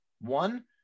One